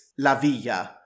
Lavilla